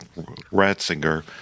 Ratzinger